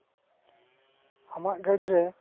ᱟᱢᱟᱜ ᱜᱟ ᱰᱤ ᱨᱮ